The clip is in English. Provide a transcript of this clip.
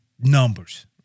Numbers